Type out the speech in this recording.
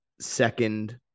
second